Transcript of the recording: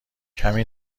کمی